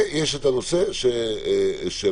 ויש את הנושא של הדחיפות